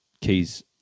keys